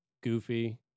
goofy